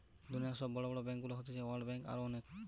দুনিয়র সব বড় বড় ব্যাংকগুলো হতিছে ওয়ার্ল্ড ব্যাঙ্ক, আরো অনেক